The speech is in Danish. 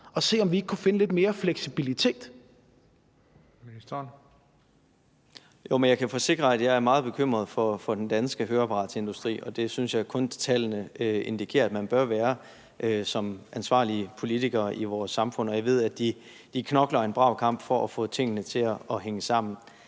Erhvervsministeren (Simon Kollerup): Jeg kan forsikre, at jeg er meget bekymret for den danske høreapparatsindustri, og det synes jeg kun tallene indikerer at man som ansvarlig politiker i vores samfund bør være. Og jeg ved, at de kæmper en brav kamp for at få tingene til at hænge sammen.